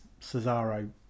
Cesaro